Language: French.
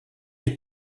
est